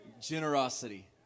Generosity